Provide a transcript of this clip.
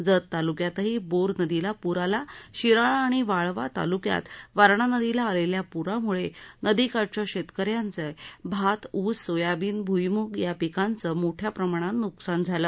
जत तालुक्यातही बोर नदीला पूर आला शिराळा आणि वाळवा तालुक्यात वारणा नदीला आलेल्या पुरामुळे नदीकाठच्या शेतकऱ्यांचे भात ऊस सोयाबीन भुईमूग या पिकांचे मोठ्या प्रमाणात नुकसान झाले